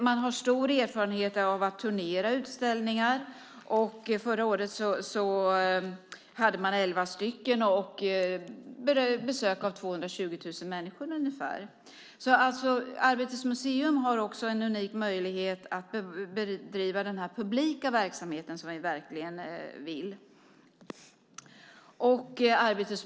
Museet har stor erfarenhet av att turnera med utställningar. Förra året hade man elva utställningar och besök av ungefär 220 000 människor. Arbetets museum har dessutom en unik möjlighet att bedriva den publika verksamhet som vi verkligen vill.